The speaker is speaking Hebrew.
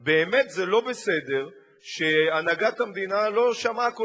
באמת זה לא בסדר שהנהגת המדינה לא שמעה כל